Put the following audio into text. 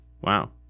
Wow